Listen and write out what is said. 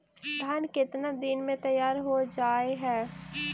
धान केतना दिन में तैयार हो जाय है?